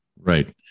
Right